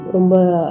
Rumba